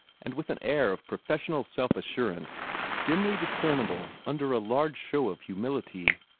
and with an air of professional self-assurance dimly discernible under a large show of humility.